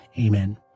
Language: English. Amen